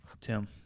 Tim